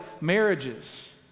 marriages